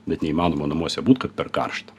bet neįmanoma namuose būt kad per karšta